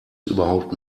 überhaupt